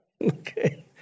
Okay